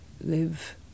live